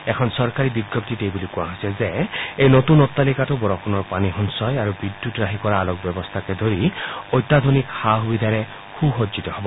এখন চৰকাৰী বিজ্ঞপ্তিত এই বুলি কোৱা হৈছে যে এই নতুন অটালিকাটো বৰষুণৰ পানী সঞ্চয় আৰু বিদ্যুৎ ৰাহি কৰাত আলোক ব্যৱস্থাকে ধৰি অত্যাধুনিক সা সুবিধাৰে সু সজ্জিত হ'ব